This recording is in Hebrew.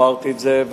אמרתי את זה,